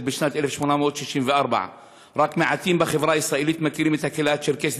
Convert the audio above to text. בשנת 1864. רק מעטים בחברה הישראלית מכירים את הקהילה הצ'רקסית